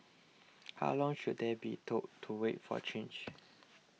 how long should they be told to wait for change